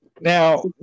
Now